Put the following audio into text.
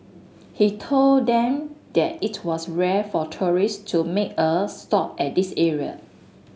he told them that it was rare for tourist to make a stop at this area